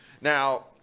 Now